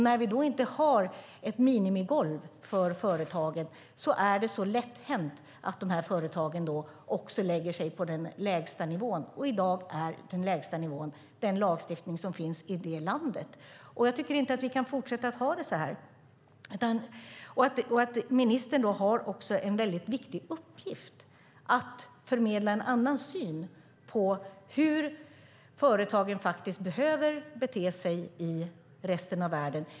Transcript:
När vi då inte har ett minimigolv för företagen är det lätt hänt att de lägger sig på den lägsta nivån, och i dag är den lägsta nivån den lagstiftning som finns i det aktuella landet. Jag tycker inte att vi kan fortsätta att ha det så här. Ministern har en väldigt viktig uppgift att förmedla en annan syn på hur företagen behöver bete sig i resten av världen.